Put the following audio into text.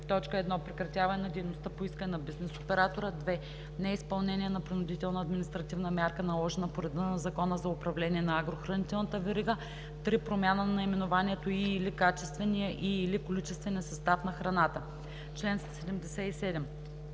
при: 1. прекратяване на дейността – по искане на бизнес оператора; 2. неизпълнение на принудителна административна мярка, наложена по реда на Закона за управление на агрохранителната верига; 3. промяна на наименованието и/или качествения и/или количествения състав на храната.“ Комисията